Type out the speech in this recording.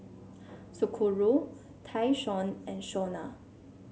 Socorro Tayshaun and Shawna